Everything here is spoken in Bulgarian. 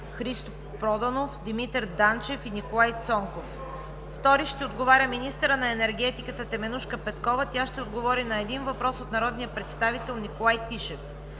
Христо Проданов, Димитър Данчев и Николай Цонков. Втори ще отговаря министърът на енергетиката Теменужка Петкова на един въпрос от народния представител Николай Тишев.